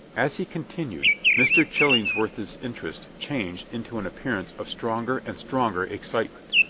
as he continued, mr. chillingsworth's interest changed into an appearance of stronger and stronger excitement.